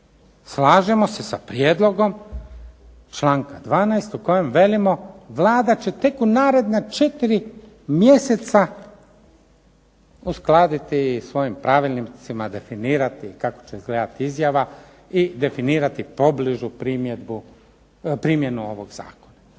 Slažemo se sa prijedlogom članka 12. u kojem velimo Vlada će tek u naredna 4 mjeseca uskladiti i svojim pravilnicima definirati kako će izgledati izjava i definirati pobližu primjenu ovog Zakona.